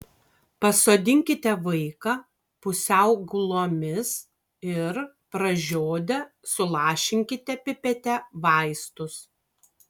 pasodinkite vaiką pusiau gulomis ir pražiodę sulašinkite pipete vaistus